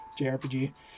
JRPG